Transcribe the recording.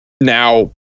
Now